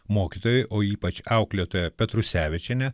mokytojai o ypač auklėtoja petrusevičienė